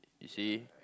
you see